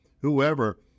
whoever